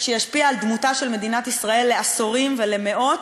שישפיע על דמותה של מדינת ישראל לעשורים ולמאות,